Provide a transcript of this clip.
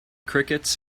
crickets